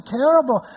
terrible